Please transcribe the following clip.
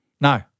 No